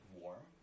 warm